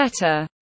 better